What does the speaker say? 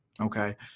Okay